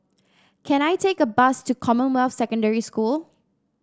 can I take a bus to Commonwealth Secondary School